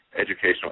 educational